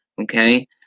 Okay